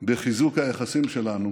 בחיזוק היחסים שלנו